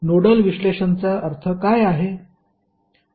nodal विश्लेषणचा अर्थ काय आहे